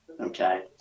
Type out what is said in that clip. okay